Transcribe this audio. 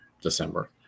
December